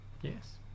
Yes